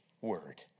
word